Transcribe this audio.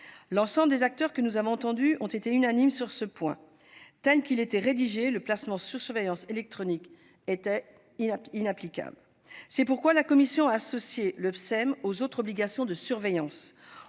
L'ensemble des acteurs que nous avons entendus ont été unanimes sur ce point : tel qu'il était rédigé, le placement sous surveillance électronique mobile était inapplicable. C'est pourquoi la commission a associé le PSEM aux autres obligations de surveillance